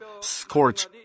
scorch